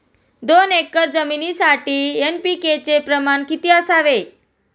दोन एकर जमीनीसाठी एन.पी.के चे प्रमाण किती असावे?